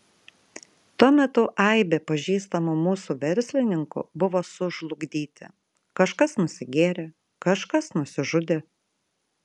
tuo metu aibė pažįstamų mūsų verslininkų buvo sužlugdyti kažkas nusigėrė kažkas nusižudė